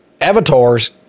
Avatar's